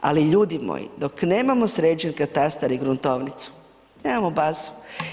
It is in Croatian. Ali ljudi moji, dok nemamo sređen katastar i gruntovnicu, nemamo bazu.